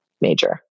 major